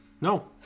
No